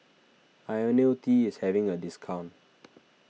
Ionil T is having a discount